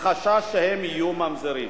מחשש שהם יהיו ממזרים.